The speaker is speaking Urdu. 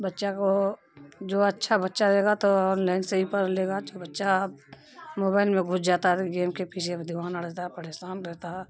بچہ کو جو اچھا بچہ رہے گا تو آن لائن سے ہی پڑھ لے گا جو بچہ موبائل میں گھس جاتا ہے تو گیم کے پیچھے دیوانہ رہتا ہے پریشان رہتا ہے